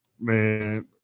Man